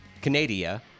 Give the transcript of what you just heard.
Canada